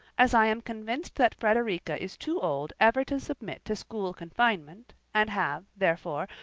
as i am convinced that frederica is too old ever to submit to school confinement, and have, therefore,